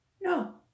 No